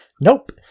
Nope